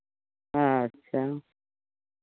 अच्छा